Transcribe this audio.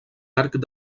arc